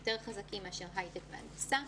יותר חזקים מהייטק והנדסה.